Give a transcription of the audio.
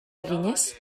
eginez